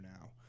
now